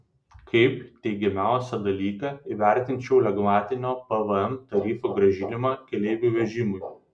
kaip teigiamiausią dalyką įvertinčiau lengvatinio pvm tarifo grąžinimą keleivių vežimui